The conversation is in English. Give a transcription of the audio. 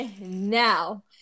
now